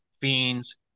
fiends